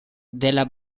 della